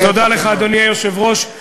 תודה לך, אדוני היושב-ראש.